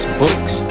books